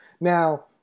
now